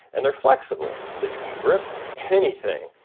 and they're flexible so you can grip anything.